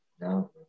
No